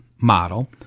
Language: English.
model